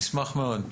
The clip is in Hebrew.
נשמח מאוד.